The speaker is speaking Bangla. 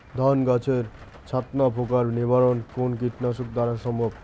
ধান গাছের ছাতনা পোকার নিবারণ কোন কীটনাশক দ্বারা সম্ভব?